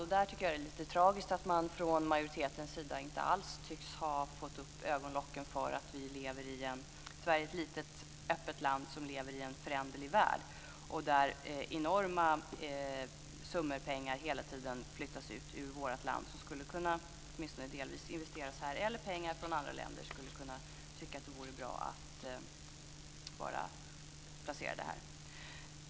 Och där tycker jag att det är lite tragiskt att man från majoritetens sida inte alls tycks ha fått upp ögonen för att Sverige är ett litet och öppet land som lever i en föränderlig värld och där enorma summor pengar hela tiden flyttas ut ur vårt land som i stället åtminstone delvis skulle kunna investeras här. Även människor från andra länder skulle kunna tycka att det vore bra att placera pengar här.